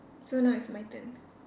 so now it's my turn